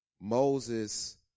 Moses